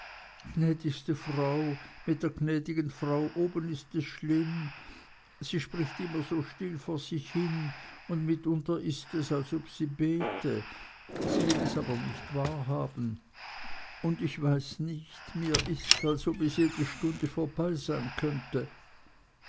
frau mit der gnädigen frau oben ist es schlimm sie spricht immer so still vor sich hin und mitunter ist es als ob sie bete sie will es aber nicht wahrhaben und ich weiß nicht mir ist als ob es jede stunde vorbei sein könnte